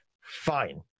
Fine